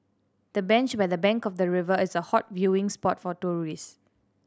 the bench by the bank of the river is a hot viewing spot for tourists